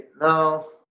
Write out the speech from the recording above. no